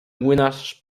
młynarz